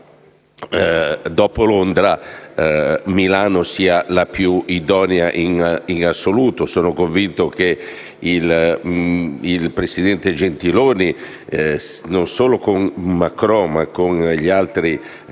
dopo Londra, Milano sia la città più idonea in assoluto. Sono convinto che il presidente Gentiloni, non solo con Macron, ma anche con gli altri